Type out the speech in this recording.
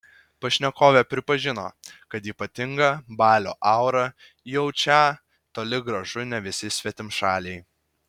pašnekovė pripažino kad ypatingą balio aurą jaučią toli gražu ne visi svetimšaliai